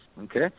okay